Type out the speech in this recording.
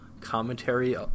commentary